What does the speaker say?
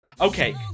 Okay